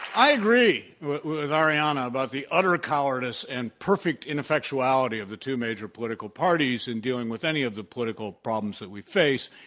i agree with arianna about the utter cowardice and perfect ineffectuality of the two major political parties in dealing with any of the political problems that we face,